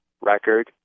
record